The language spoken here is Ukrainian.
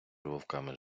вовками